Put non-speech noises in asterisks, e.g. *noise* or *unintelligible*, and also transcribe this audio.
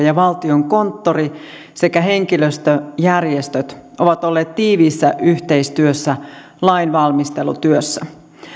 *unintelligible* ja valtiokonttori sekä henkilöstöjärjestöt ovat olleet tiiviissä yhteistyössä lainvalmistelutyössä